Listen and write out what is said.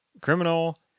criminal